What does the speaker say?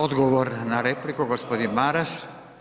Odgovor na repliku, gospodin Maras.